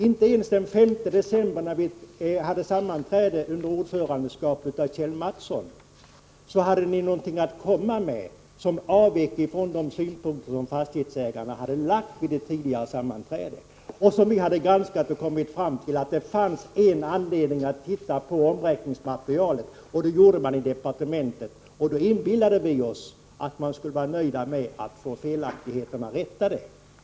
Inte ens den 5 december när vi hade sammanträde under ordförandeskap av Kjell Mattsson hade ni någonting att komma med som avvek från de synpunkter som fastighetsägarna hade lagt fram vid ett tidigare sammanträde. Detta material hade vi granskat och då kommit fram till att det fanns anledning att titta på omräkningsmaterialet, och det gjorde man i departementet. Vi inbillade vi oss att ni skulle vara nöjda med att få felaktigheterna rättade.